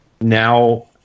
now